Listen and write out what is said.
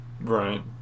right